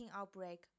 outbreak